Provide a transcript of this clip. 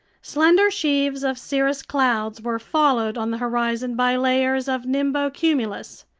slender sheaves of cirrus clouds were followed on the horizon by layers of nimbocumulus.